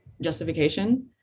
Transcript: justification